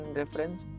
reference